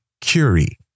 Curie